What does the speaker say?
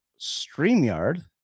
StreamYard